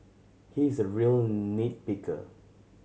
he is a real nit picker